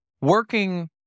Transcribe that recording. working